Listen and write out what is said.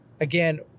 Again